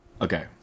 Okay